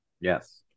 yes